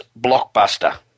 blockbuster